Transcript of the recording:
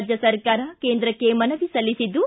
ರಾಜ್ಯ ಸರ್ಕಾರ ಕೇಂದ್ರಕ್ಕೆ ಮನವಿ ಸಲ್ಲಿಸಿದ್ದು